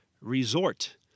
resort